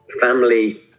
family